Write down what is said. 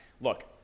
look